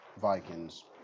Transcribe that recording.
Vikings